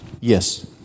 yes